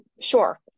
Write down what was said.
sure